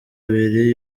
abiri